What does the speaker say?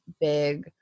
big